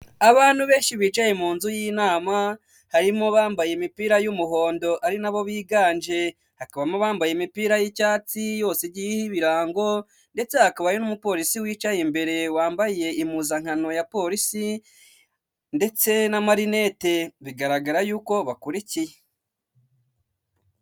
Serivisi za banki ya kigali zegerejwe abaturage ahanga baragaragaza uko ibikorwa biri kugenda bikorwa aho bagaragaza ko batanga serivisi zo kubika, kubikura, kuguriza ndetse no kwakirana yombi abakiriya bakagira bati murakaza neza.